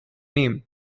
name